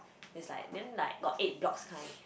it's like then like got eight blocks kind